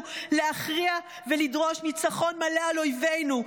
להכריע ולדרוש ניצחון מלא על אויבינו,